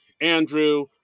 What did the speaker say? Andrew